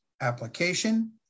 application